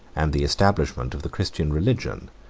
and the establishment of the christian religion,